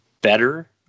better